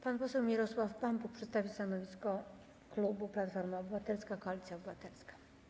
Pan poseł Mirosław Pampuch przedstawi stanowisko klubu Platforma Obywatelska - Koalicja Obywatelska.